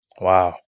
Wow